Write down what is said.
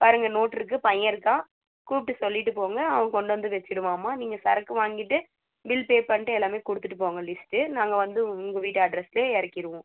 பாருங்க நோட்டிருக்கு பையன் இருக்கான் கூப்பிட்டு சொல்லிவிட்டு போங்க அவன் கொண்டு வந்து வைச்சிடுவான்மா நீங்கள் சரக்கு வாங்கிட்டு பில் பே பண்ணிட்டு எல்லாமே கொடுத்துட்டு போங்க லிஸ்ட்டு நாங்கள் வந்து உங்கள் வீட்டு அட்ரஸ்க்கே இறக்கிடுவோம்